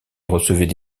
recevaient